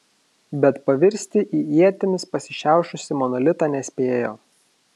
bet pavirsti į ietimis pasišiaušusį monolitą nespėjo